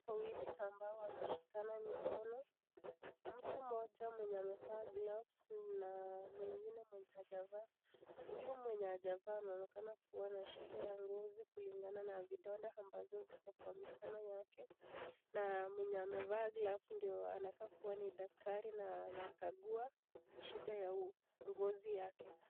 Watu wawili ambao wameshikana mikono. Mtu mmoja mwenye amevaa glavu na mwingine mwenye hajavaa. Huyu mwenye hajavaa anaonekana kuwa na shida ya ngozi kulingana na vidonda ambazo ziko kwa mikono yake. Na mwenye amevaa glavu ndio anakaa kuwa ni daktari na anakagua shida ya ngozi yake.